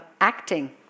acting